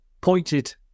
pointed